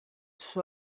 suo